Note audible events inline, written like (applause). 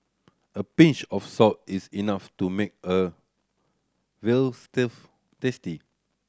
a pinch of salt is enough to make a veal (unintelligible) tasty